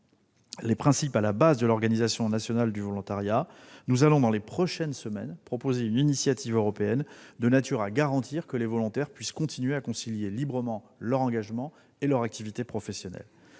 les principes à la base de l'organisation nationale du volontariat, nous allons dans les prochaines semaines proposer une initiative européenne de nature à garantir que les volontaires puissent continuer à concilier librement leur engagement et leur activité professionnelle.